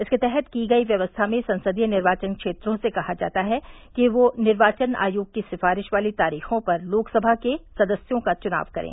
इसके तहत की गई व्यवस्था में संसदीय निर्वाचन क्षेत्रों से कहा जाता है कि वे निर्वाचन आयोग की सिफारिश वाली तारीखों पर लोकसभा के सदस्यों का चुनाव करें